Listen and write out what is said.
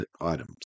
items